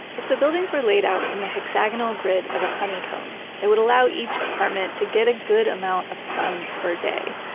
if the buildings were laid out in the hexagonal grid of a honeycomb, it would allow each apartment to get a good amount of sun per day.